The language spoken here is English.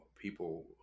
People